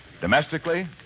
Domestically